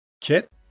Kit